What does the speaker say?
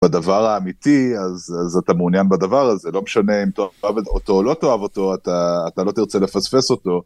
בדבר האמיתי אז אתה מעוניין בדבר הזה לא משנה אם אתה אוהב אותו או לא אתה לא תרצה לפספס אותו.